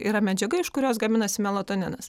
yra medžiaga iš kurios gaminasi melatoninas